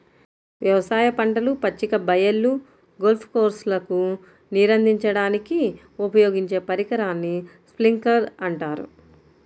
వ్యవసాయ పంటలు, పచ్చిక బయళ్ళు, గోల్ఫ్ కోర్స్లకు నీరందించడానికి ఉపయోగించే పరికరాన్ని స్ప్రింక్లర్ అంటారు